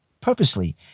purposely